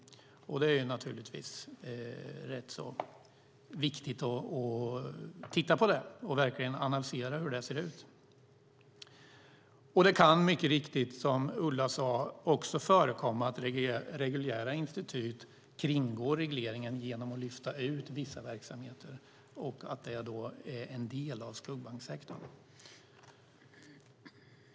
Det är naturligtvis viktigt att titta på detta och verkligen analysera hur det ser ut. Det kan mycket riktigt, som Ulla sade, också förekomma att reguljära institut kringgår regleringen genom att lyfta ut vissa verksamheter och att det då är en del av skuggbanksektorn.